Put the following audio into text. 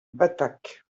batak